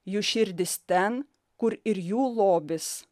jų širdys ten kur ir jų lobis